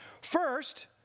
First